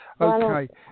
Okay